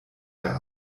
der